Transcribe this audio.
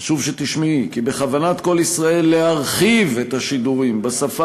חשוב שתשמעי כי בכוונת "קול ישראל" להרחיב את השידורים בשפה